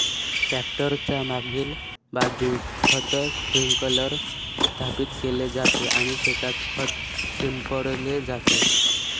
tractor च्या मागील बाजूस खत स्प्रिंकलर स्थापित केले जाते आणि शेतात खत शिंपडले जाते